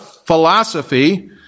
Philosophy